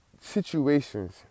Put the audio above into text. situations